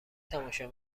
تماشا